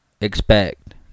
expect